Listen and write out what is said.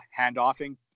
handoffing